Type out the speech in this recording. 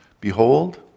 Behold